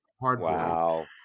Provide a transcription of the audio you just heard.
Wow